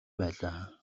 байлаа